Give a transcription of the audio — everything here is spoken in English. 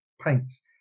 paints